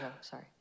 sorry